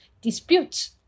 disputes